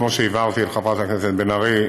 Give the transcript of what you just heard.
כמו שהבהרתי לחברת הכנסת בן ארי,